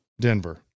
Denver